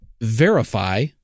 verify